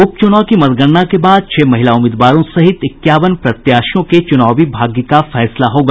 उपचुनाव की मतगणना के बाद छह महिला उम्मीदवारों सहित इक्यावन प्रत्याशियों के चुनावी भाग्य का फैसला होगा